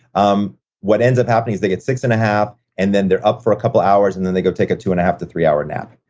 um what ends up happening is they get six and a half, and then they're up for a couple of hours, and then they go take a two and a half to three hour nap.